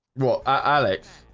whoa alex.